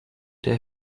der